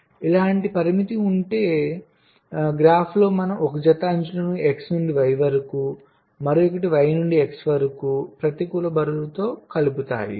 కాబట్టి ఇలాంటి పరిమితి ఉంటే గ్రాఫ్లో మనం ఒక జత అంచులను X నుండి Y వరకు మరొకటి Y నుండి X వరకు ప్రతికూల బరువులతో కలుపుతాము